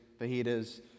fajitas